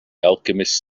alchemist